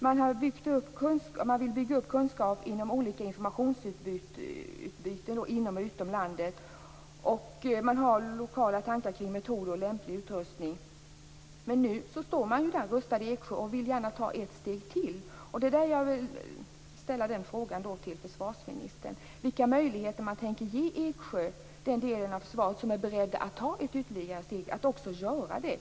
Man vill bygga upp kunskap genom olika informationsutbyten inom och utom landet. Man har lokala tankar kring metoder och lämplig utrustning. Nu står man rustad i Eksjö och vill gärna ta ett steg till. Vilka möjligheter skall den del av försvaret i Eksjö som är beredd att ta ett ytterligare steg få att också göra det?